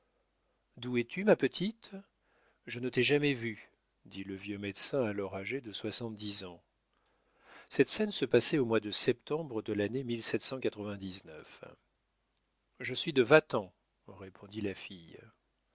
d'où es-tu ma petite je ne t'ai jamais vue dit le vieux médecin alors âgé de soixante-dix ans cette scène se passait au mois de septembre de l'année je suis de vatan répondit la fille